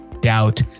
doubt